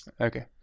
Okay